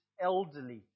elderly